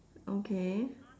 okay